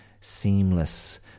seamless